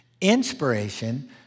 Inspiration